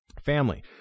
Family